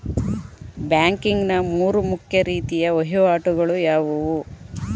Banking ನ ಮೂರು ಮುಖ್ಯ ರೀತಿಯ ವಹಿವಾಟುಗಳು ಯಾವುವು?